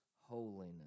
holiness